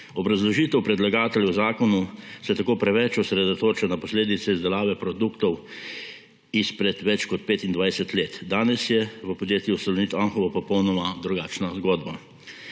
Obrazložitev predlagateljev zakona se tako preveč osredotoča na posledice izdelave produktov izpred več kot 25 leti. Danes je v podjetju Salonit Anhovo popolnoma drugačna zgodba.